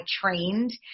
trained